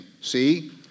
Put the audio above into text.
See